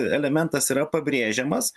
elementas yra pabrėžiamas